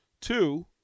Two